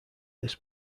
this